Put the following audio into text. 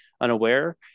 unaware